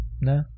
No